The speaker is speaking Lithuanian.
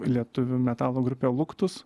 lietuvių metalo grupe luktus